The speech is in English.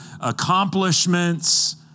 accomplishments